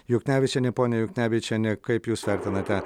juknevičienė ponia juknevičiene kaip jūs vertinate